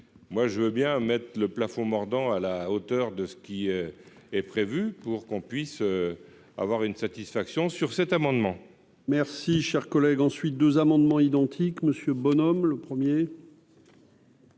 moi je veux bien mettre le plafond mordant à la hauteur de ce qui est prévu pour qu'on puisse avoir une satisfaction sur cet amendement. Merci, cher collègue, ensuite, 2 amendements identiques Monsieur Bonhomme, le premier.